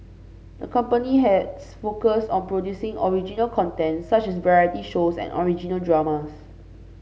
the company has focused on producing original content such as variety shows and original dramas